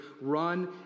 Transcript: run